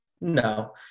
No